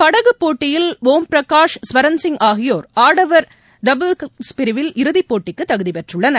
படகு போட்டியில் ஓம் பிரகாஷ் ஸ்வரன்சிங் ஆகியோர் ஆடவர் இரட்டை துடுப்புப் பிரிவில் இறுதிப் போட்டிக்கு தகுதி பெற்றுள்ளனர்